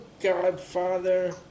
Godfather